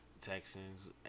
Texans